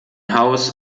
haus